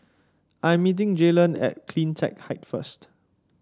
I'm meeting Jaylan at CleanTech Height first